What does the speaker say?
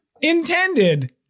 intended